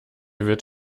wird